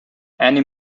annie